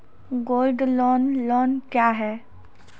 Gold loan loan क्या हैं?